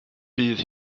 bydd